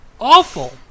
Awful